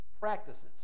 practices